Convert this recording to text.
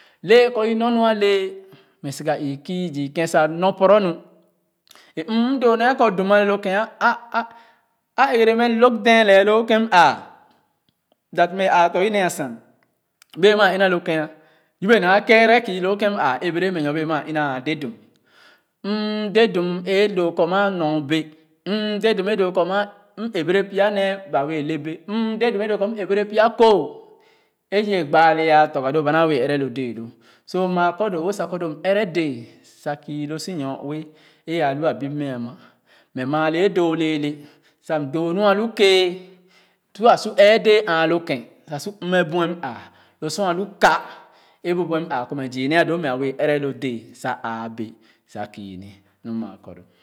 Lɛɛ kɔ i nɔr nu a lɛɛ mɛ soga ee kii zii kèn sa nɔr poro nu e mm doo nee kɔ dum a le lo kèn ah ah ɛrɛ mɛ lōg dèè lee loo kèn m āā that m mɛɛ āā tɔ̃ u nee a saen bee maa ina lo kèn nah yɛbe naa a keerɛ ku lo kèn m āā i bɛrɛ mɛ nyorne bee maa naa de dum m de dum e doo kɔ maa nɔr bee m de dum e doo kɔ maa m ɛbɛrɛ pya nee ba wɛɛ le bɛ m de dum e doo kɔ m ɛrɛ pya kooh e wɛɛ gbaa le a tɔ̃rga lo ba naa wɛɛ ɛrɛ loo dɛɛ lo so maa kɔ doo-wo sa kɔ lo m ɛrɛ dɛɛ sa kii lo su nyor-ue e a lu a bup mɛ a ma mɛ maa lɛɛ doo lɛɛle sa m doo nu a lu kēēn lo a su ɛɛ dee āā lo kèn sa sor mme buɛ m āā lo sor a lu kā e bu buɛ m āā kɔ zii nee a doo mɛ a wɛɛ ɛrɛ lo dɛɛ sa āā bɛ sa kii nu maa kɔ lo.